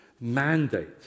mandate